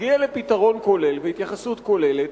תגיע לפתרון כולל והתייחסות כוללת,